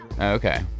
Okay